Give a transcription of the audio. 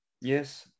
Yes